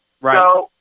Right